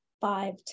five